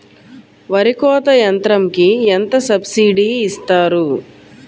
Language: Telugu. వరి కోత యంత్రంకి ఎంత సబ్సిడీ ఇస్తారు?